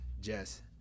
Jess